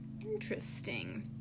Interesting